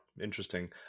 Interesting